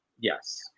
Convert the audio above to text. Yes